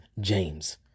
James